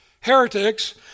heretics